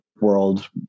world